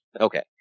Okay